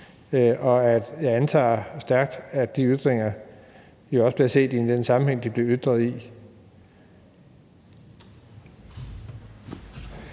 Og jeg antager stærkt, at de ytringer også bliver set i den sammenhæng, de bliver ytret i.